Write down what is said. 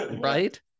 right